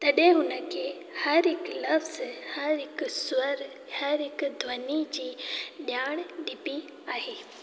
तॾहिं हुन खे हर हिकु लफ्ज़ु हर हिकु स्वर हर हिकु ध्वनी जी ॼाण ॾिबी आहे